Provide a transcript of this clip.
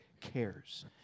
cares